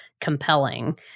compelling